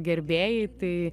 gerbėjai tai